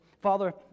Father